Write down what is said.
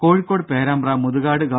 കോഴിക്കോട് പേരാമ്പ്ര മുതുകാട് ഗവ